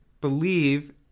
believe